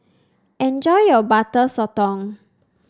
enjoy your Butter Sotong